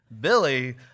Billy